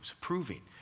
proving